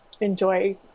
enjoy